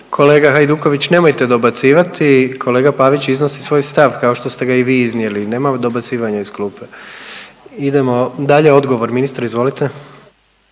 Kolega Hajduković nemojte dobacivati. Kolega Pavić iznosi svoj stav kao što ste ga i vi iznijeli i nema dobacivanja iz klupe. Idemo dalje, odgovor ministre. Izvolite.